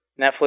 Netflix